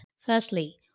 Firstly